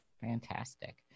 Fantastic